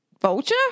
vulture